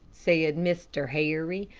said mr. harry.